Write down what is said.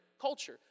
culture